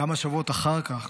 כמה שבועות אחר כך,